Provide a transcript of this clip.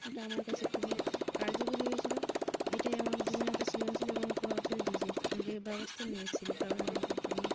ওটা আমার কাছে খুবই কার্যকরী হয়েছিলো এটাই আমার জীবনের একটা সৃজনশীল এবং প্রভাবশালী ডিসিশান আর এ ব্যবস্থা নিয়ে এসছিলো গ্রামের মানুষের জন্য